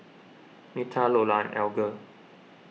Nita Lola Alger